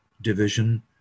division